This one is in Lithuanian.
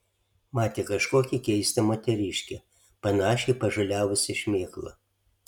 matė kažkokią keistą moteriškę panašią į pažaliavusią šmėklą